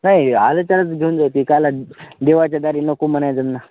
नाही आले तरच घेऊन जाऊ ती कायला देवाच्या दारी नको म्हणायचं ना